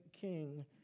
king